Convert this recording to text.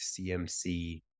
CMC